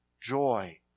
joy